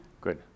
Good